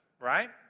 right